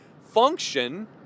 function